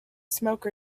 smoke